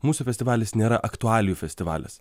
mūsų festivalis nėra aktualijų festivalis